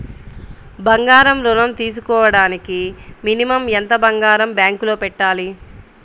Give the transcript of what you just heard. బంగారం ఋణం తీసుకోవడానికి మినిమం ఎంత బంగారం బ్యాంకులో పెట్టాలి?